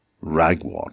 ragwort